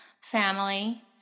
family